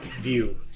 view